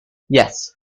yes